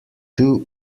too